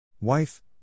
Wife